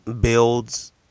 builds